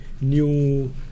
new